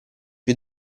più